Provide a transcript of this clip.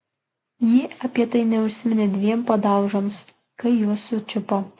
jis apie tai neužsiminė dviem padaužoms kai juos sučiupo